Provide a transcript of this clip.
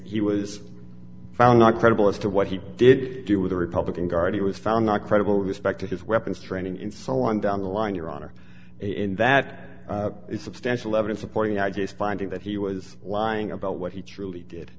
he was found not credible as to what he did do with the republican guard he was found not credible respect to his weapons training and so on down the line your honor in that is substantial evidence supporting ideas finding that he was lying about what he truly did